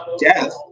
death